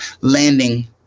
landing